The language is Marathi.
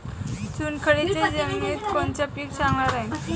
चुनखडीच्या जमिनीत कोनचं पीक चांगलं राहीन?